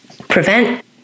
prevent